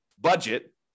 budget